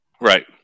Right